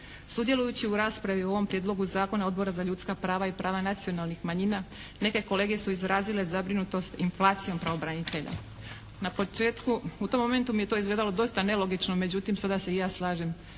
Sudjelujući u raspravi u ovom Prijedlogu zakona Odbora za ljudska prava i prava nacionalnih manjina neke kolege su izrazile zabrinutost inflacijom pravobranitelja. Na početku, u tom momentu mi je to izgledalo dosta nelogično, međutim sada se i ja slažem